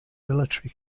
military